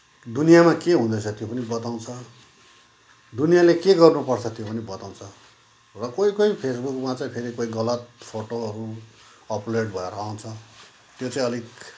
दुनियाँमा के हुँदैछ त्यो पनि बताउँछ दुनियाँले के गर्नुपर्छ त्यो पनि बताउँछ र कोही कोही फेसबुकमा चाहिँ फेरि कोही गलत फोटोहरू अपलोड भएर आउँछ त्यो चाहिँ अलिक